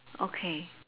okay